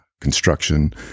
construction